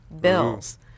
bills